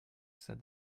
said